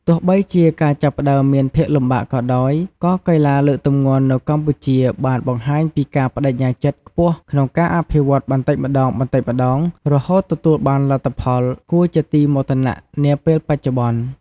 ទោះបីជាការចាប់ផ្តើមមានភាពលំបាកក៏ដោយ ក៏កីឡាលើកទម្ងន់នៅកម្ពុជាបានបង្ហាញពីការប្តេជ្ញាចិត្តខ្ពស់ក្នុងការអភិវឌ្ឍន៍បន្តិចម្តងៗរហូតទទួលបានលទ្ធផលគួរជាទីមោទនៈនាពេលបច្ចុប្បន្ន។